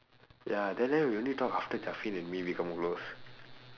ya then then we only talk after and me become close